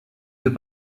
deux